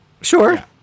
sure